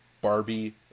Barbie